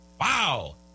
Wow